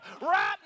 right